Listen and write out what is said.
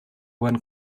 win